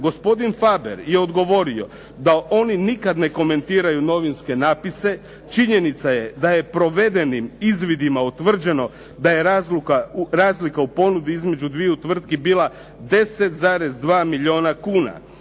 gospodin Faber je odgovorio da oni nikad ne komentiraju novinske napise. Činjenica je da je provedenim izvidima utvrđeno da je razlika u ponudi između dviju tvrtki bila 10,2 milijuna kuna.